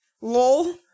Lol